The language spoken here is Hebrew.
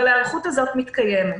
אבל ההיערכות הזאת מתקיימת.